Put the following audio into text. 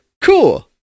Cool